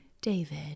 david